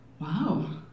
wow